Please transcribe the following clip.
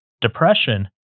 Depression